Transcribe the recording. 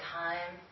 time